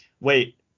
wait